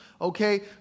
okay